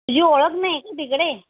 तुझी ओळख नाही का तिकडे